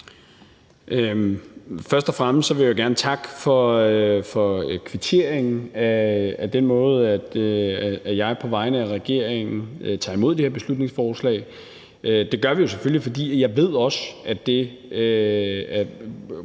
Først og fremmest vil jeg gerne takke for kvitteringen for den måde, jeg på vegne af regeringen tager imod det her beslutningsforslag. Det gør jeg jo selvfølgelig, fordi jeg også ved, at det